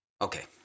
Okay